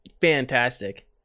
fantastic